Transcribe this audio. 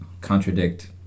contradict